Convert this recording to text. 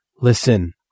Listen